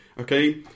okay